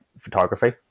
photography